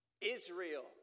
Israel